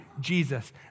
Jesus